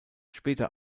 später